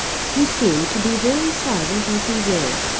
he seemed to be very silent as he went,